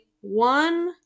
one